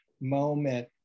moment